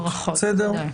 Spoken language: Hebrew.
בסדר.